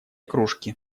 кружки